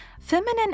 Feminine